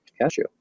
Cashew